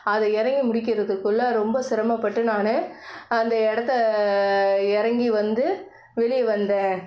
அதை இறங்கி முடிக்கிறதுக்குள்ளே ரொம்ப சிரமப்பட்டு நான் அந்த இடத்த இறங்கி வந்து வெளியே வந்தேன்